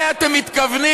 לזה אתם מתכוונים?